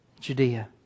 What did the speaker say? Judea